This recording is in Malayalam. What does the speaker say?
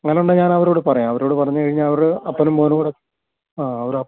അപ്പം അങ്ങനെ ഉണ്ടെങ്കിൽ ഞാനവരോട് പറയാം അവരോട് പറഞ്ഞ് കഴിഞ്ഞാൽ അവർ അപ്പനും മോനും കൂടെ ആ അവർ